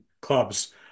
clubs